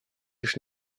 лишь